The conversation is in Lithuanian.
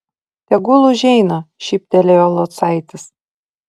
tegul užeina šyptelėjo locaitis